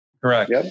Correct